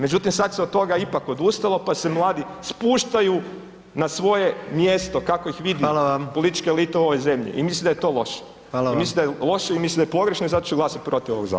Međutim, sad se od toga ipak odustalo pa se mladi spuštaju na svoje mjesto kako ih vidi [[Upadica: Hvala vam.]] politička elita u ovoj zemlji i mislim da je to loše [[Upadica: Hvala vam.]] I mislim da je loše, mislim da je pogrešno i zato ću glasati protiv ovog zakona.